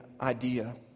idea